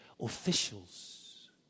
officials